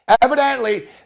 evidently